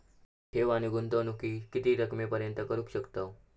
ठेव आणि गुंतवणूकी किती रकमेपर्यंत करू शकतव?